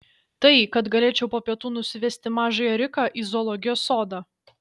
tai kad galėčiau po pietų nusivesti mažąją riką į zoologijos sodą